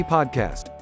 Podcast